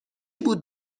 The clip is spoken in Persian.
بود